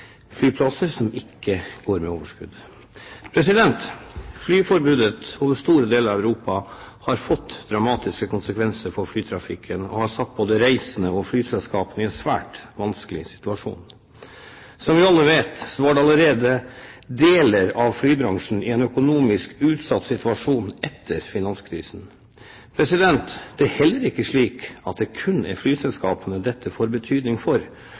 flyplasser som ikke går med overskudd. Flyforbudet over store deler av Europa har fått dramatiske konsekvenser for flytrafikken, og har satt både reisende og flyselskapene i en svært vanskelig situasjon. Som vi alle vet, var deler av flybransjen allerede i en økonomisk utsatt situasjon etter finanskrisen. Det er heller ikke slik at det kun er flyselskapene dette får betydning for,